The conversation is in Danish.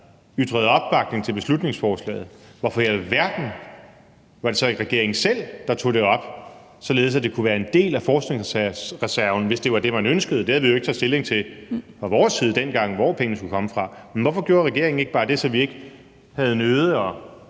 ytrede opbakning til beslutningsforslaget, hvorfor i alverden var det så ikke regeringen selv, der tog det op, således at det kunne være en del af forskningsreserven, hvis det var det, man ønskede? Det havde vi jo ikke taget stilling til fra vores side dengang, altså hvor pengene skulle komme fra. Men hvorfor gjorde regeringen ikke bare det, så vi ikke havde nødig at